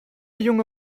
junge